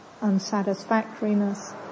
unsatisfactoriness